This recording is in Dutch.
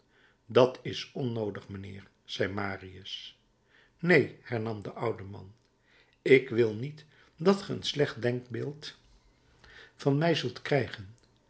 dat is onnoodig mijnheer zei marius neen hernam de oude man ik wil niet dat ge een slecht denkbeeld van mij zult krijgen